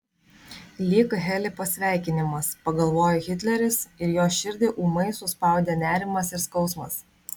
lyg heli pasveikinimas pagalvojo hitleris ir jo širdį ūmai suspaudė nerimas ir skausmas